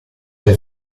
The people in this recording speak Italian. del